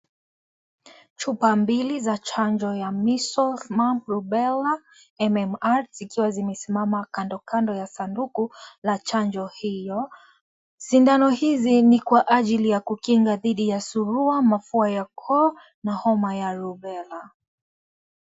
Chupa mbili za chanjo ya measles, mumps, rubella, MMR zikiwa zimesimama kando kando ya sanduku la chanjo hiyo sindano hizi ni kwa ajili ya kukinga dhidi ya surua, mafua ya koo na homa ya rubella.